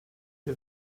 wir